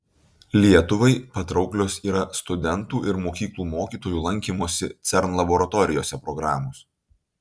lietuvai patrauklios yra studentų ir mokyklų mokytojų lankymosi cern laboratorijose programos